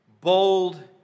bold